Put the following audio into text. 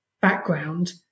background